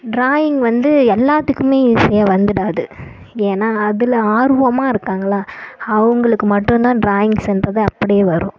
drawing வந்து எல்லாத்துக்குமே ஈஸியாக வந்துவிடாது ஏன்னா அதில் ஆர்வமாக இருக்காங்களா அவங்களுக்கு மட்டும் தான் ட்ராயிங்ஸ் என்பது அப்படியே வரும்